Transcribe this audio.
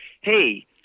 hey